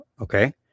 Okay